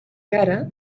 encara